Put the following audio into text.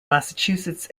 massachusetts